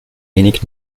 wenig